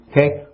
Okay